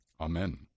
amen